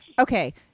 okay